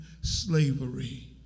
slavery